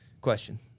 question